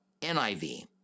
NIV